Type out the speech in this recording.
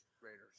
Raiders